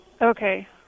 Okay